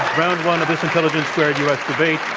round one of this intelligence squared u. s. debate,